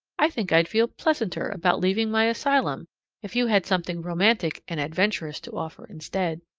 i think i'd feel pleasanter about leaving my asylum if you had something romantic and adventurous to offer instead.